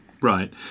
Right